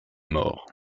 morts